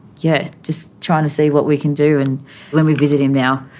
yeah, just trying to see what we can do. and when we visit him now,